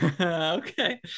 okay